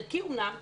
חלקי אמנם,